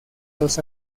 los